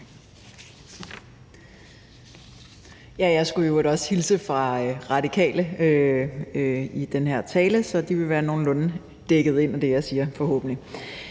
jeg skulle i øvrigt også hilse fra Radikale i den her tale, så de vil være nogenlunde dækket ind i det, jeg siger – forhåbentlig.